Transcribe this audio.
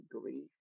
grief